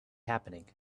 happening